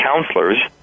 counselors